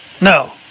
No